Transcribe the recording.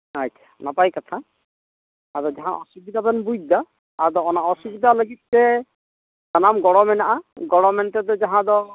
ᱟᱪᱪᱷᱟ ᱱᱟᱯᱟᱭ ᱠᱟᱛᱷᱟ ᱟᱫᱚ ᱡᱟᱦᱟᱸ ᱚᱥᱩᱵᱤᱫᱟ ᱵᱮᱱ ᱵᱩᱡ ᱮᱫᱟ ᱟᱫᱚ ᱚᱱᱟ ᱚᱥᱩᱵᱤᱫᱟ ᱞᱟᱹᱜᱤᱫ ᱛᱮ ᱥᱟᱱᱟᱢ ᱜᱚᱲᱚ ᱢᱮᱱᱟᱜᱼᱟ ᱜᱚᱲᱚ ᱢᱮᱱᱛᱮᱫᱚ ᱡᱟᱦᱟᱸ ᱫᱚ